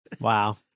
Wow